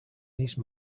these